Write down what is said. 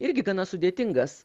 irgi gana sudėtingas